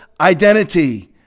identity